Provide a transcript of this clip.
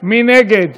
מי נגד?